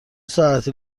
ساعتی